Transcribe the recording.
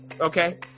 okay